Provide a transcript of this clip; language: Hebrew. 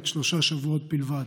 בת שלושה שבועות בלבד.